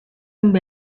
amb